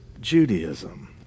Judaism